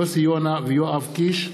יוסי יונה ויואב קיש.